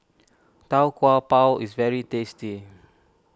Tau Kwa Pau is very tasty